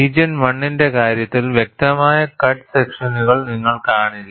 region 1 ന്റെ കാര്യത്തിൽ വ്യക്തമായ കട്ട് സ്ട്രൈഷനുകൾ നിങ്ങൾ കാണില്ല